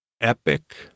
epic